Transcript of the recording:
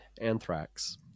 Anthrax